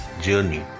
journey